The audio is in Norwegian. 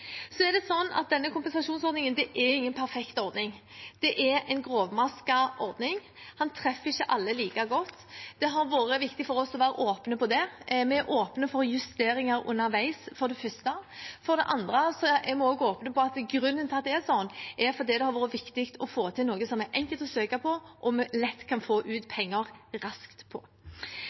er en grovmasket ordning. Den treffer ikke alle like godt. Det har vært viktig for oss å være åpne om det. Vi er for det første åpne for justeringer underveis, og for det andre er vi åpne om at grunnen til at det er sånn, er at det har vært viktig å få til noe det er enkelt å søke på, og hvor vi lett kan få ut penger raskt.